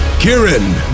Kieran